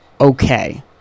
Okay